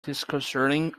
disconcerting